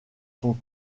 sont